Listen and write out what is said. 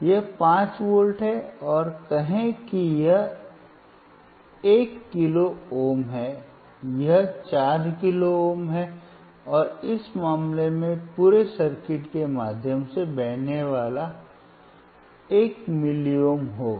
यह 5 वोल्ट है और कहें कि यह 1 किलो ओम है यह 4 किलो ओम है और इस मामले में पूरे सर्किट के माध्यम से बहने वाला 1 मिलिओम होगा